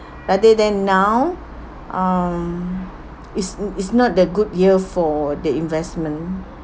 rather than now um it's mm it's not that good year for the investment